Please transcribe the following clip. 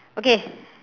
okay